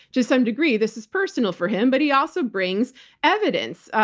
to some degree, this is personal for him but he also brings evidence.